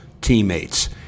teammates